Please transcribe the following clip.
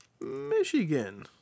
Michigan